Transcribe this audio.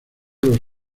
los